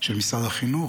של משרד החינוך.